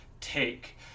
take